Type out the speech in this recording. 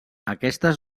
aquestes